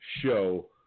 show